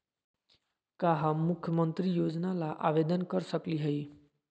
का हम मुख्यमंत्री योजना ला आवेदन कर सकली हई?